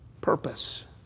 Purpose